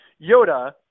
Yoda